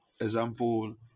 example